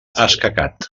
escacat